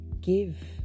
give